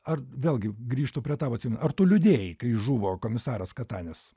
ar vėlgi grįžtu prie tavo atsiminimų ar tu liūdėjai kai žuvo komisaras katanis